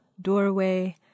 doorway